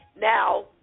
Now